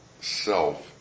self